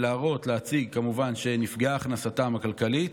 להציג, להראות שנפגעה הכנסתן הכלכלית,